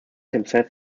himself